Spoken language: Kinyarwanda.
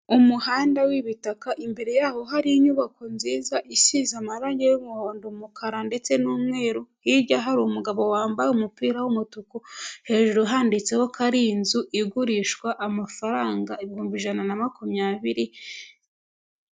Umuhanda w'ibitaka imbere yaho hari inyubako nziza isize amarange y'umuhondo, umukara ndetse n'umweru, hirya hari umugabo wambaye umupira w'umutuku, hejuru handitseho ko ari inzu igurishwa amafaranga ibihumbi ijana na makumyabiri.